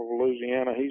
Louisiana